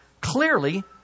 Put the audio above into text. Clearly